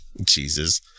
Jesus